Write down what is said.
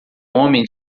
homem